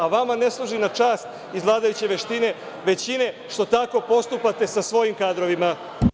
A vama ne služi na čast, iz vladajuće većine, što tako postupate sa svojim kadrovima.